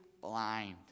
blind